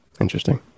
Interesting